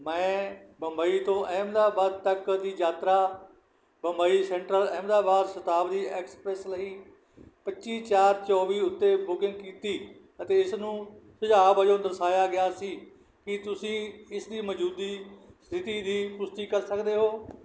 ਮੈਂ ਬੰਬਈ ਤੋਂ ਅਹਿਮਦਾਬਾਦ ਤੱਕ ਦੀ ਯਾਤਰਾ ਬੰਬਈ ਸੈਂਟਰਲ ਅਹਿਮਦਾਬਾਦ ਸ਼ਤਾਬਦੀ ਐਕਸਪ੍ਰੈੱਸ ਲਈ ਪੱਚੀ ਚਾਰ ਚੌਵੀ ਉੱਤੇ ਬੁਕਿੰਗ ਕੀਤੀ ਅਤੇ ਇਸ ਨੂੰ ਸੁਝਾਅ ਵੱਜੋਂ ਦਰਸਾਇਆ ਗਿਆ ਸੀ ਕੀ ਤੁਸੀਂ ਇਸ ਦੀ ਮੌਜੂਦੀ ਸਥਿਤੀ ਦੀ ਪੁਸ਼ਟੀ ਕਰ ਸਕਦੇ ਹੋ